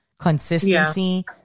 Consistency